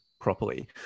properly